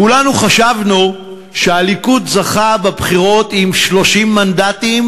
כולנו חשבנו שהליכוד זכה בבחירות עם 30 מנדטים,